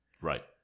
Right